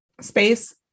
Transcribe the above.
space